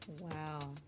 Wow